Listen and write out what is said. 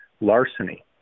larceny